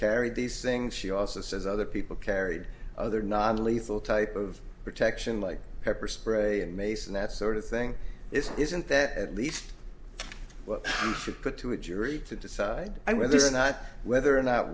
carry these things she also says other people carried other non lethal type of protection like pepper spray and mace and that sort of thing this isn't that at least to put to a jury to decide whether or not whether or not